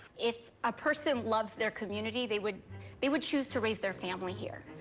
if a person loves their community, they would they would choose to raise their family here.